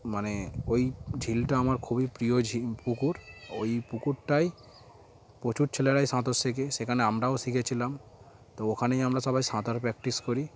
মানে ওই ঝিলটা আমার খুবই প্রিয় ঝি পুকুর ওই পুকুরটায় প্রচুর ছেলেরাই সাঁতার শেখে সেখানে আমরাও শিখেছিলাম তো ওখানেই আমরা সবাই সাঁতার প্র্যাকটিস করি